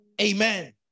Amen